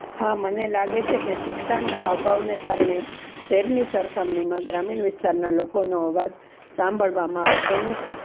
હા મને લાગે છે કે શિક્ષણનાં અભાવને કારણે શહેરની સરખામણીમાં ગ્રામીણ વિસ્તારના લોકોનો અવાજ સાંભળવામાં આવતો નથી